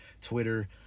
Twitter